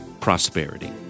prosperity